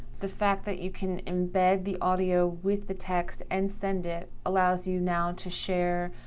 the fact that you can embed the audio with the text and send it allows you now to share,